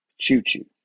choo-choo